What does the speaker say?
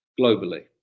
globally